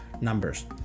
numbers